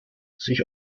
sich